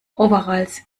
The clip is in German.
overalls